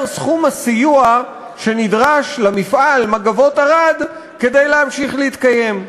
סכום הסיוע שנדרש למפעל "מגבות ערד" כדי להמשיך להתקיים.